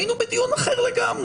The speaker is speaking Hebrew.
היינו בדיון אחר לגמרי.